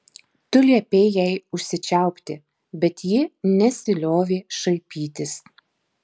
tu liepei jai užsičiaupti bet ji nesiliovė šaipytis